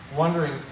wondering